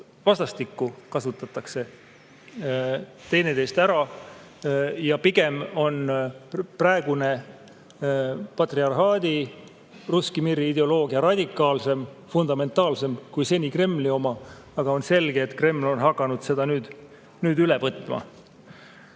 Vastastikku kasutatakse teineteist ära. Pigem on praegune patriarhaadirusski mir'i ideoloogia radikaalsem, fundamentaalsem kui seni Kremli oma. Aga on selge, et Kreml on hakanud seda nüüd üle võtma.